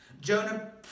Jonah